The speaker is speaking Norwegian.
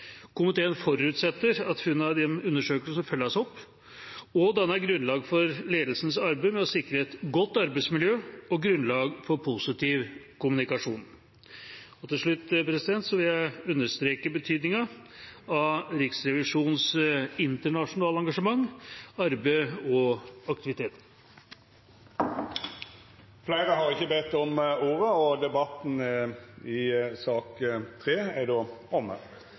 Komiteen forutsetter at funnene fra disse undersøkelsene følges opp og danner grunnlag for ledelsens arbeid med å sikre et godt arbeidsmiljø og grunnlag for positiv kommunikasjon. Til slutt vil jeg understreke betydningen av Riksrevisjonens internasjonale engasjement, arbeid og aktiviteter. Fleire har ikkje bedt om ordet